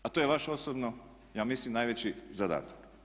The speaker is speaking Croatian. A to je vaš osobno ja mislim najveći zadatak.